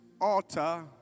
altar